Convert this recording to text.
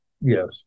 yes